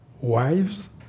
wives